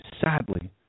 sadly